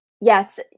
yes